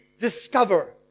discover